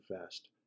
fast